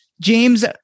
James